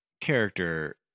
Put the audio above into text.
Character